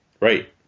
Right